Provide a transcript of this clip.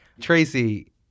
Tracy